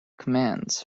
commands